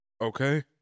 Okay